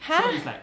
!huh!